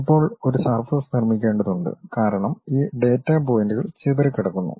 ഇപ്പോൾ ഒരു സർഫസ് നിർമ്മിക്കേണ്ടതുണ്ട് കാരണം ഈ ഡാറ്റാ പോയിന്റുകൾ ചിതറിക്കിടക്കുന്നു